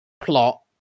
plot